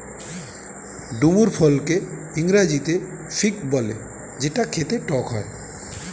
ডুমুর ফলকে ইংরেজিতে ফিগ বলে যেটা খেতে টক হয়